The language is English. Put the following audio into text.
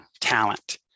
talent